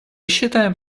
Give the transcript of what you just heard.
считаем